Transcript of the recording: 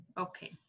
Okay